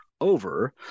over